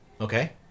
Okay